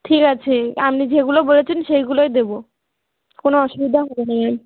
ঠিক আছে আমনি যেগুলো বলেছেন সেইগুলোই দেবো কোনো অসুবিদা হবে ম্যাম